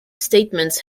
statements